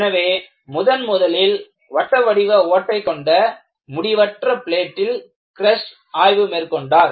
எனவே முதன் முதலில் வட்ட வடிவ ஓட்டை கொண்ட முடிவற்ற பிளேட்டில் கிரஸ்ச் ஆய்வு மேற்கொண்டார்